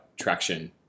Traction